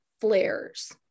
flares